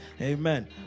amen